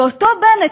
ואותו בנט,